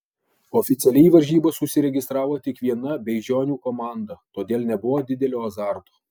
oficialiai į varžybas užsiregistravo tik viena beižionių komanda todėl nebuvo didelio azarto